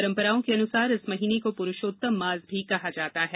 परम्पराओं के अनुसार इस महीने को पुरूषोत्तम मास भी कहते हैं